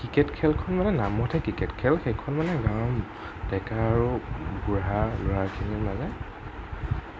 cricket খেলখন মানে নামতহে ক্ৰিকেট খেল সেইখন মানে গাওঁৰ ডেকা আৰু বুঢ়া ল'ৰাখিনিৰ মানে